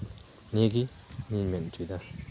ᱱᱤᱭᱟᱹᱜᱮ ᱤᱧᱤᱧ ᱢᱮᱱ ᱦᱚᱪᱚᱭᱫᱟ